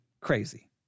crazy